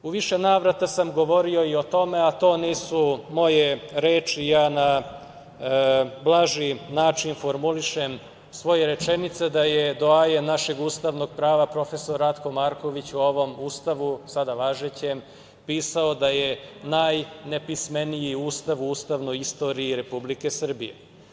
U više navrata sam govorio i o tome, a to nisu moje reči, ja na blaži način formulišem svoje rečenice, da je doajen našeg ustavnog prava profesor Ratko Marković o ovom Ustavu, sada važećem, pisao da je najnepismeniji Ustav u ustavnoj istoriji Republike Srbije.